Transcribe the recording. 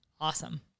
Awesome